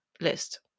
list